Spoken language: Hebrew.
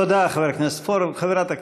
תודה, חבר הכנסת פורר.